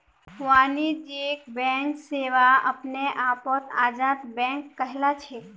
वाणिज्यिक बैंक सेवा अपने आपत आजाद बैंक कहलाछेक